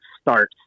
start